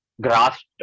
grasped